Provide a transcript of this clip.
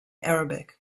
arabic